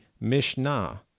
Mishnah